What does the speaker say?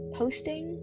posting